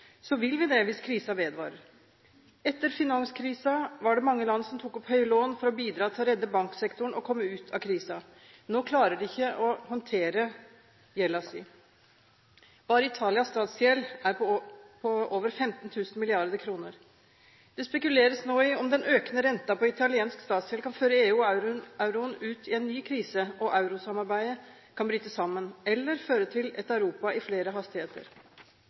vil vi det – hvis krisen vedvarer. Etter finanskrisen var det mange land som tok opp høye lån for å bidra til å redde banksektoren og komme ut av krisen. Nå klarer de ikke å håndtere gjelden sin. Bare Italias statsgjeld er på over 15 000 mrd. kr. Det spekuleres nå i om den økende renten på italiensk statsgjeld kan føre EU og euroen ut i en ny krise, og om eurosamarbeidet kan bryte sammen eller føre til et «Europa i flere hastigheter».